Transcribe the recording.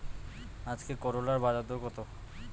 আজকে করলার বাজারদর কত?